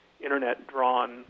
Internet-drawn